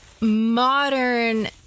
Modern